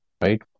right